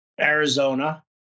Arizona